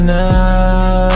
now